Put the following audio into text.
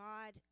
God